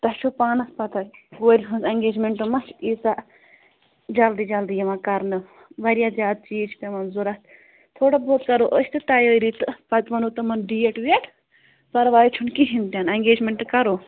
تۄہہِ چھُو پانَس پَتاہ کورٕ ہٕنٛز ایٚنگیجمٮ۪نٛٹ ما چھِ ییٖژاہ جلدی جلدی یِوان کَرنہٕ واریاہ زیادٕ چیٖز چھِ پٮ۪وان ضروٗرت تھوڑا بہت کَرو أسۍ تہِ تَیٲری تہٕ پَتہٕ وَنو تِمن ڈیٹ ویٹ پَرواے چھُنہٕ کِہیٖنٛۍ تہِ نہٕ ایٚنگیجمٮ۪نٛٹ کرو